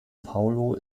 paulo